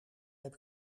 heb